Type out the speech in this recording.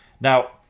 Now